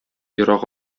ерак